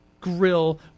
grill